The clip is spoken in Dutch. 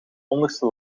onderste